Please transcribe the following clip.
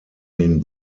den